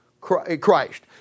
Christ